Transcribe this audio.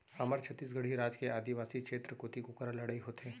हमर छत्तीसगढ़ राज के आदिवासी छेत्र कोती कुकरा लड़ई होथे